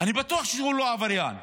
אני בטוח שהוא לא עבריין,